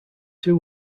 two